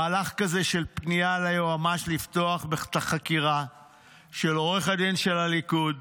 מהלך כזה של פנייה ליועמ"שית לפתוח בחקירה של עורך הדין של הליכוד